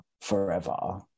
forever